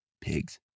pigs